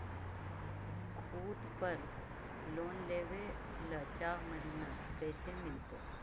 खूत पर लोन लेबे ल चाह महिना कैसे मिलतै?